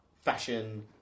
fashion